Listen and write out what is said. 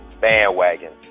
bandwagon